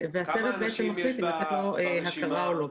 הצוות מחליט אם לתת לו הכרה או לא.